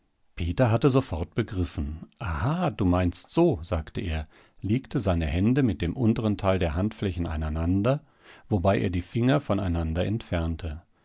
peter hatte sofort begriffen aha du meinst so sagte er legte seine hände mit dem unteren teil der handflächen aneinander wobei er die finger voneinander entfernte